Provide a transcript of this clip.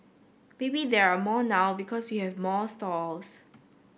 maybe there are more now because we have more stalls